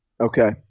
Okay